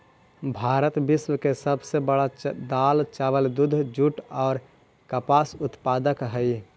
भारत विश्व के सब से बड़ा दाल, चावल, दूध, जुट और कपास उत्पादक हई